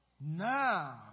Now